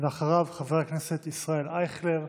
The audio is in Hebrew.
אחריו, חבר הכנסת ישראל אייכלר,